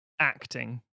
Acting